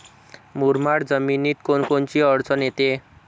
मुरमाड जमीनीत कोनकोनची अडचन येते?